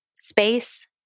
space